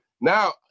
now